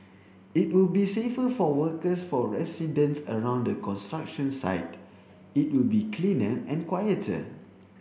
it will be safer for workers for residents around the construction site it will be cleaner and quieter